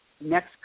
next